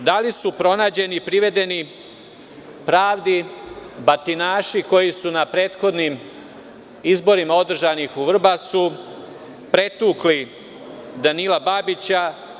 Pitam, da li su pronađeni i privedeni pravdi batinaši koji su na prethodnim izborima održanih u Vrbasu, pretukli Danila Bobića?